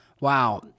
Wow